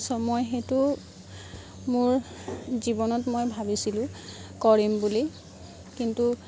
ছ' মই সেইটো মোৰ জীৱনত মই ভাবিছিলো কৰিম বুলি কিন্তু